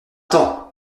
t’en